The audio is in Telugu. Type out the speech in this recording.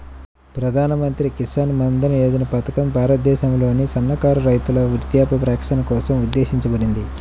ప్రధాన్ మంత్రి కిసాన్ మన్ధన్ యోజన పథకం భారతదేశంలోని సన్నకారు రైతుల వృద్ధాప్య రక్షణ కోసం ఉద్దేశించబడింది